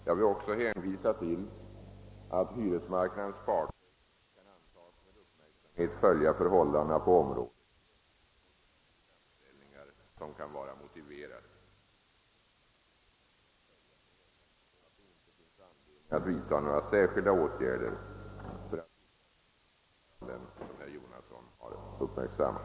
Jag vill också hänvisa till att hyresmarknadens parter kan antas med uppmärksamhet följa förhållandena på området och göra de framställningar som kan vara motiverade. För närvarande anser jag att det inte finns anledning att vidta några särskilda åtgärder för att hindra sådana förfaranden som herr Jonasson har uppmärksammat.